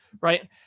right